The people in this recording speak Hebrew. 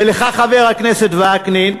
ולך, חבר הכנסת וקנין,